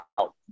out